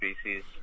species